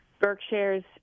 Berkshires